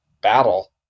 battle